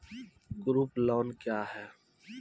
Group loan क्या है?